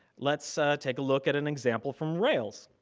let's take a look at an example from rails.